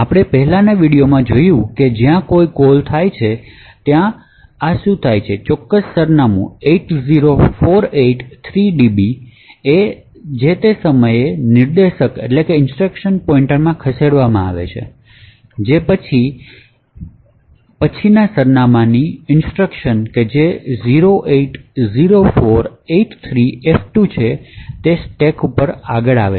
આપણે પહેલાનાં વિડિઓમાં જોયું છે કે જ્યારે કોઈ કોલ થાય છે ત્યારે શું થાય છે કે આ ચોક્કસ સરનામું 80483db એ તે જ સમયે નિર્દેશકઇન્સટ્રક્શન પોઈંટર માં ખસેડવામાં આવે છે જે તે પછીના સરનામાંની ઇન્સટ્રક્શન જે 080483f2 છે તે સ્ટેક પર આગળ વધે છે